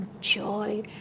joy